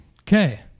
Okay